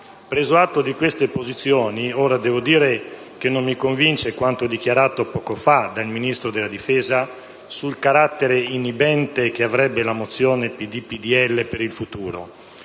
Preso atto di queste posizioni, devo dire che non mi convince quanto dichiarato poco fa dal Ministro della difesa sul carattere inibente che avrebbe la mozione n. 107, presentata